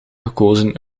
gekozen